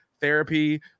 therapy